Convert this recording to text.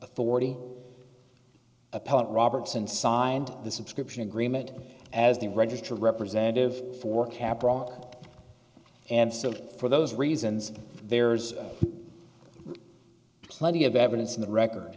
authority apart robertson signed the subscription agreement as the registrar representative for capra and so for those reasons there's plenty of evidence in the record